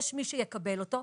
יש מי שיקבל אותו,